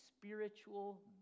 spiritual